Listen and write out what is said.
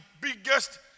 biggest